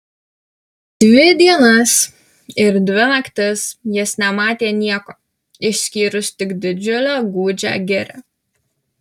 dvi dienas ir dvi naktis jis nematė nieko išskyrus tik didžiulę gūdžią girią